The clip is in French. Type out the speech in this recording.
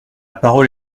parole